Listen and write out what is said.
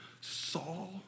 Saul